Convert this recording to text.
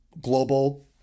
global